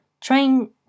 train